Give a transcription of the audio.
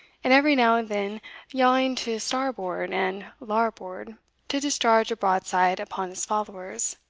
and every now and then yawing to starboard and larboard to discharge a broadside upon his followers.